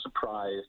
surprised